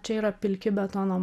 čia yra pilki betono